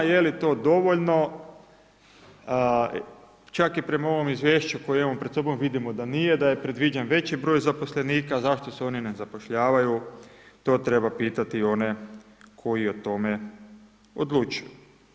Je li to dovoljno, čak i prema ovom izvješću koje imamo pred sobom vidimo da nije, da je predviđen veći broj zaposlenika, zašto se oni ne zapošljavaju to treba pitati one koji o tome odlučuju.